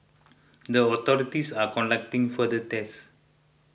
the authorities are conducting further tests